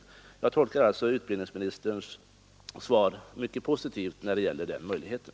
Jag tolkar alltså utbildningsministerns svar mycket positivt när det gäller den möjligheten.